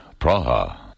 Praha